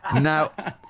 Now